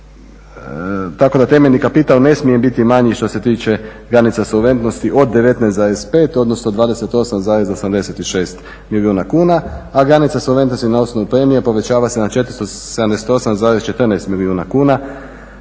tako da temeljni kapital ne smije biti manji što se tiče granica solventnosti od 19,5 odnosno 28,86 milijuna kuna, a granica solventnosti na osnovu premija povećava se na 478,14 milijuna kuna